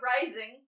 Rising